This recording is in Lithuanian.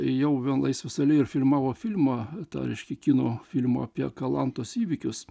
jau vėl laisvės alėjoj ir filmavo filmą tą reiškia kino filmą apie kalantos įvykius